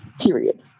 Period